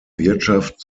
wirtschaft